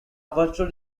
virtual